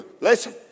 listen